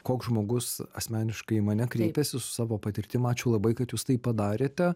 koks žmogus asmeniškai į mane kreipėsi su savo patirtim ačiū labai kad jūs tai padarėte